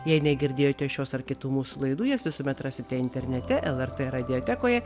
jei negirdėjote šios ar kitų mūsų laidų jas visuomet rasite internete lrt radiotekoje